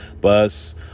bus